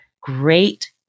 great